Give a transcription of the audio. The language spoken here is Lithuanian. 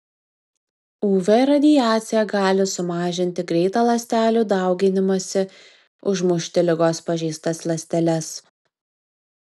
uv radiacija gali sumažinti greitą ląstelių dauginimąsi užmušti ligos pažeistas ląsteles